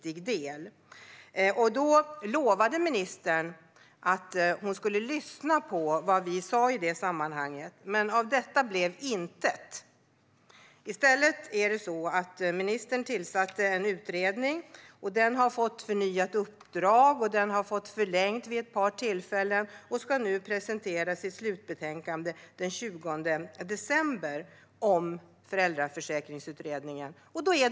För två år sedan lovade ministern att lyssna på oss, men av det blev intet. I stället tillsatte ministern en utredning, och den har fått förnyat och, vid ett par tillfällen, förlängt uppdrag. Utredningen ska presentera sitt slutbetänkande om föräldraförsäkringen den 20 december.